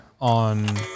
on